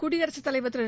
குடியரசுத் தலைவர் திரு